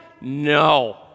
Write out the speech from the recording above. No